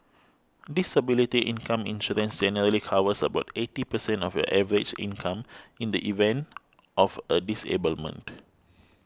disability income insurance generally covers about eighty percent of your average income in the event of a disablement